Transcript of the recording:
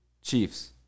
Chiefs